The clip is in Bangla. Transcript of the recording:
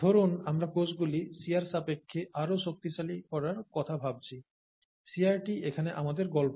ধরুন আমরা কোষগুলি শিয়ার সাপেক্ষে আরও শক্তিশালী করার কথা ভাবছি শিয়ারটি এখানে আমাদের গল্প